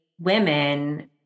women